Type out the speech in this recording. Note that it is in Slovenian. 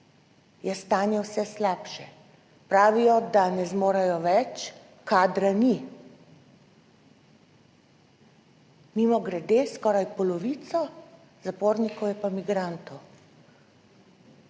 je stanje vse slabše. Pravijo, da ne zmorejo več, kadra ni. Mimogrede, skoraj polovica zapornikov je pa migrantov.